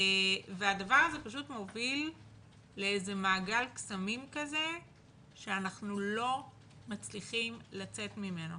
הדבר הזה פשוט מוביל לאיזה מעגל קסמים כזה שאנחנו לא מצליחים לצאת ממנו.